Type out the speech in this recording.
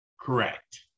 Correct